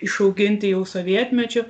išauginti jau sovietmečiu